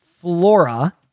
Flora